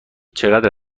چقدر